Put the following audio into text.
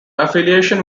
affiliation